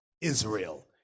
Israel